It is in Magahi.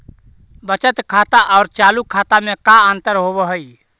बचत खाता और चालु खाता में का अंतर होव हइ?